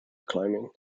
climbing